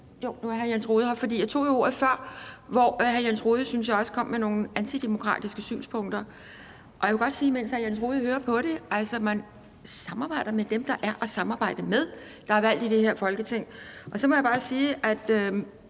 jo, nu er hr. Jens Rohde her. For jeg tog jo ordet før, hvor jeg også syntes, hr. Jens Rohde kom med nogle antidemokratiske synspunkter, og jeg vil godt sige, mens hr. Jens Rohde hører på det, at man samarbejder med dem, der er at samarbejde med, og som er valgt i det her Folketing. Så må jeg bare sige til